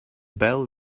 bell